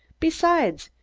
besides,